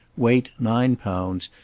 weight nine pounds,